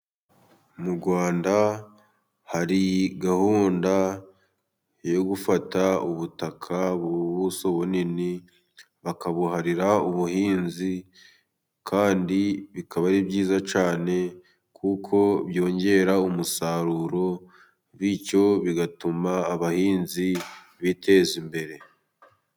Mu Rwanda hari gahunda yo gufata ubutaka ,ubuso bunini bakabuharira ubuhinzi. Kandi bikaba ari byiza cyane kuko byongera umusaruro .Bityo bigatuma abahinzi biteza imbere.